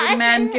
man